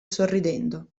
sorridendo